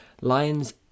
Lions